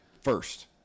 first